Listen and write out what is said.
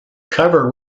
cover